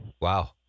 Wow